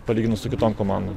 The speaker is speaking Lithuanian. palyginus su kitom komandom